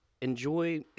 Enjoy